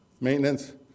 maintenance